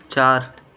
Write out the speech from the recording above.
چار